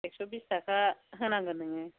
एक्स' बिस थाखा होनांगोन नोङो